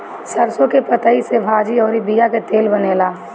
सरसों के पतइ से भाजी अउरी बिया के तेल बनेला